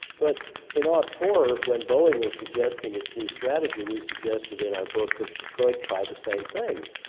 but in ah four when boeing was suggesting its new strategy we suggested in our book that detroit try the same thing.